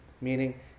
Meaning